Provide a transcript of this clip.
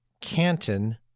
Canton